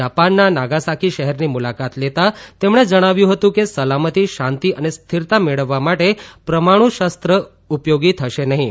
જાપાનના નાગાસાકી શહેરની મુલાકાત લેતા તેમણે જણાવ્યું હતું કે સલામતી શાંતિ અને સ્થિરતા મેળવવા માટે પરમાણુ શસ્ત્ર ઉપયોગી થશે નહિં